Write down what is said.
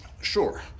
Sure